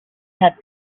had